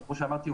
כמו שאמרתי,